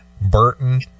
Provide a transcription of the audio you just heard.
Burton